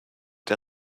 der